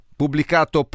pubblicato